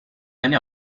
many